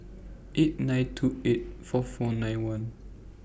eight nine two eight four four nine one